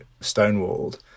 Stonewalled